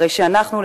הרי שאנחנו,